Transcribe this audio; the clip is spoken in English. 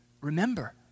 remember